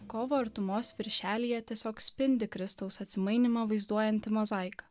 kovo artumos viršelyje tiesiog spindi kristaus atsimainymą vaizduojanti mozaika